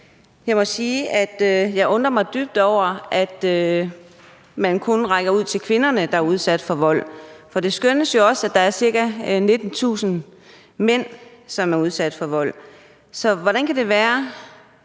jeg undrer mig dybt over, at man kun rækker ud til kvinderne, der er udsat for vold, for det skønnes jo også, at der er ca. 19.000 mænd, som er udsat for vold. Så hvordan kan det være,